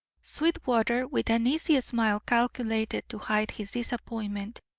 sweetwater, with an easy smile calculated to hide his disappointment,